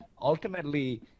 ultimately